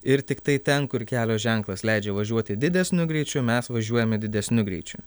ir tiktai ten kur kelio ženklas leidžia važiuoti didesniu greičiu mes važiuojame didesniu greičiu